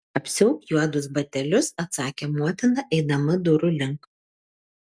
apsiauk juodus batelius atsakė motina eidama durų link